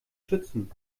schützen